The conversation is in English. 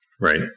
Right